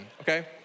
okay